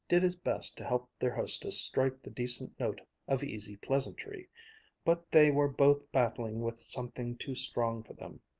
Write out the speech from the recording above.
did his best to help their hostess strike the decent note of easy pleasantry but they were both battling with something too strong for them.